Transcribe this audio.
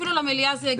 אפילו למליאה זה הגיע.